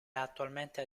attualmente